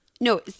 No